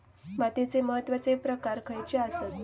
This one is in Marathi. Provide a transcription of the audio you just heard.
मातीचे महत्वाचे प्रकार खयचे आसत?